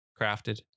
crafted